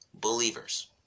believers